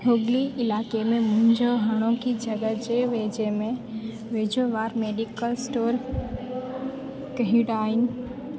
हुगली इलाइके में मुंहिंजो हाणोकी जॻह जे वेझे में वेझो वार मेडिकल स्टोर कहिड़ा आहिनि